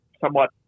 somewhat